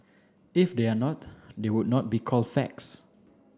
if they are not they would not be called facts